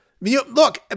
Look